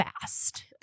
fast